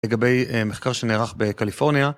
לגבי מחקר שנערך בקליפורניה